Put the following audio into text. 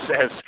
says